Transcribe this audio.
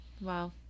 Wow